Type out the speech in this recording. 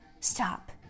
Stop